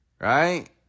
right